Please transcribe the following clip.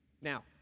Now